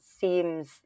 seems